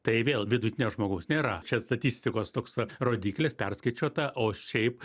tai vėl vidutinio žmogaus nėra čia statistikos toks rodiklis perskaičiuota o šiaip